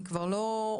אני כבר לא,